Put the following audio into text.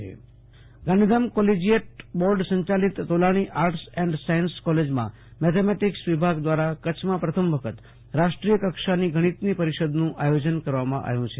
આશુતોષ અંતાણી ગાંધીધામ ગણિત પરિષદ Gandhidham collegiate board સંયાલિત તોલાણી આર્ટસ એન્ડ સાયંસ કોલેજના મેથેમેટિક્સ વિભાગ દ્વારા કચ્છમાં પ્રથમ વખત રાષ્ટ્રીય કક્ષાની ગણિતની પરિષદનું આયોજન કરવામાં આવ્યું છે